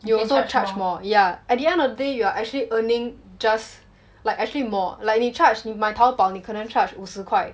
you also charge more yeah at the end of the day you are actually earning just like actually more like 你 charge 你买 Taobao 你可能 charge 五十块